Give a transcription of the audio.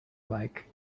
like